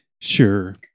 Sure